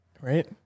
Right